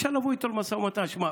אפשר לבוא איתו במשא ומתן: שמע,